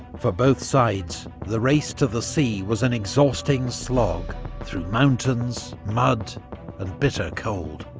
for both sides, the race to the sea was an exhausting slog through mountains, mud and bitter cold.